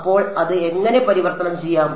അപ്പോൾ അത് എങ്ങനെ പരിവർത്തനം ചെയ്യാം